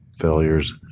failures